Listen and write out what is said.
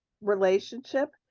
relationship